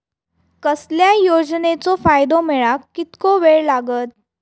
कसल्याय योजनेचो फायदो मेळाक कितको वेळ लागत?